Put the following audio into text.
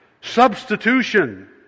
Substitution